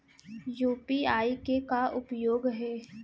UPI के का उपयोग हे?